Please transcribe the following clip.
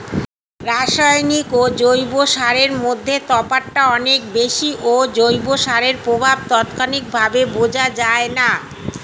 রাসায়নিক ও জৈব সারের মধ্যে তফাৎটা অনেক বেশি ও জৈব সারের প্রভাব তাৎক্ষণিকভাবে বোঝা যায়না